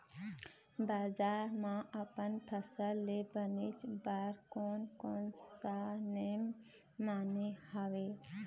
बजार मा अपन फसल ले बेचे बार कोन कौन सा नेम माने हवे?